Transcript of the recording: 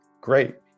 great